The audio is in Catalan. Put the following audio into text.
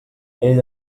ell